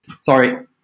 Sorry